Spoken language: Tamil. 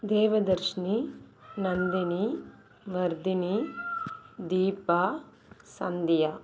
தேவதர்ஷ்னி நந்தினி வர்தினி தீபா சந்தியா